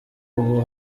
ubu